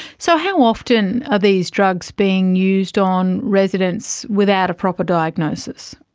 so how often are these drugs being used on residents without a proper diagnosis?